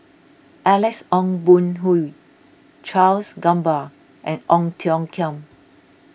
Alex Ong Boon Hau Charles Gamba and Ong Tiong Khiam